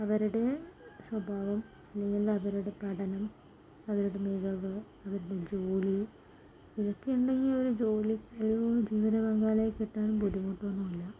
അവരുടെ സ്വഭാവം അല്ലെങ്കിൽ അവരുടെ പഠനം അവരുടെ മികവ് ജോലി ഇതൊക്കെയുണ്ടെങ്കിൽ ഒരു ജോലി ഒരു ജീവിത പങ്കാളിയെ കിട്ടാൻ ബുദ്ധിമുട്ടൊന്നുല്ല